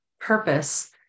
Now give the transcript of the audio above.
purpose